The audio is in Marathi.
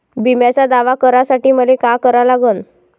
बिम्याचा दावा करा साठी मले का करा लागन?